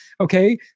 okay